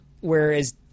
whereas